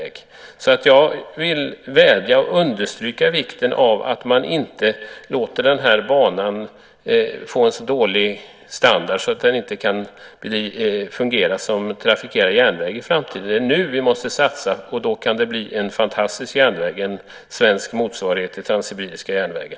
Jag vill alltså vädja till ministern och understryka vikten av att man inte låter den här banan få en så dålig standard att den inte kan fungera som trafikerad järnväg i framtiden. Det är nu vi måste satsa, och då kan det bli en fantastisk järnväg, en svensk motsvarighet till Transsibiriska järnvägen.